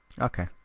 Okay